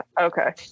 Okay